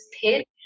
pit